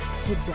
today